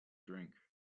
drink